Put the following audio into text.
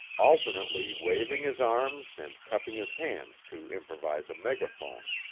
alternately waving his arms and cupping his hands to improvise a megaphone.